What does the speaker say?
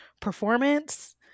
performance